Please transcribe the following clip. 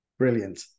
Brilliant